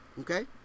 Okay